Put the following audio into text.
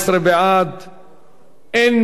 אין מתנגדים ואין נמנעים.